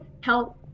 help